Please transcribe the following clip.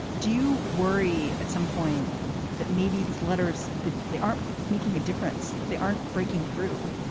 do you worry at some point that maybe these letters that they aren't making a difference, they aren't breaking through?